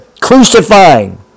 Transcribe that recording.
crucifying